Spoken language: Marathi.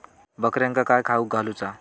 बकऱ्यांका काय खावक घालूचा?